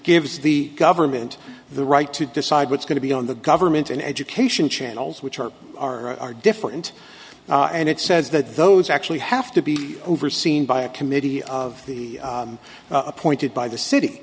gives the government the right to decide what's going to be on the government and education channels which are different and it says that those actually have to be overseen by a committee of the appointed by the city